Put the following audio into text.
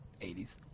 80s